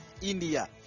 India